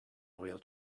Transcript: wheel